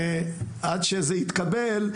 מטורפים שעד שזה יתקבל,